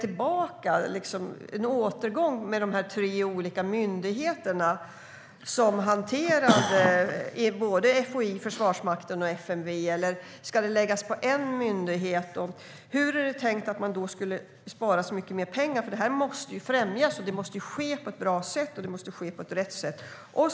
Är det en återgång till de tre olika myndigheterna - FOI, Försvarsmakten och FMV - eller ska det läggas på en enda myndighet? Hur är det tänkt att man då skulle spara så mycket mer pengar? Detta måste ju främjas, och det måste ske på ett bra sätt och på rätt sätt.